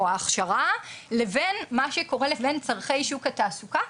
או ההכשרה, לבין מה שקורה, לבין צרכי שוק התעסוקה.